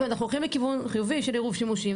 ואנחנו הולכים לכיוון חיובי של עירוב שימושים.